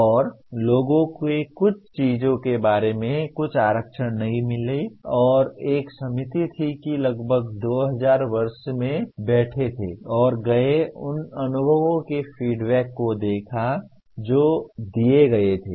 और लोगों को कुछ चीजों के बारे में कुछ आरक्षण नहीं मिला और एक समिति थी कि लगभग 2000 वर्ष 2000 में वे बैठ गए और उन अनुभवों के फीडबैक को देखा जो दिए गए थे